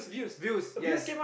views yes